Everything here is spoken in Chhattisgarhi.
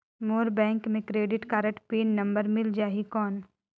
मोर बैंक मे क्रेडिट कारड पिन नंबर मिल जाहि कौन?